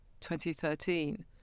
2013